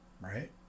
Right